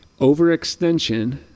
Overextension